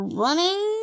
running